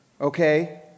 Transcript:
okay